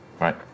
Right